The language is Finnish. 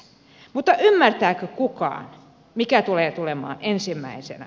mutta ymmärtääkö kukaan mikä tulee tulemaan ensimmäisenä